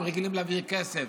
הם רגילים להעביר כסף,